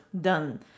done